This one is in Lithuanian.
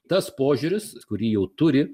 tas požiūris kurį jau turi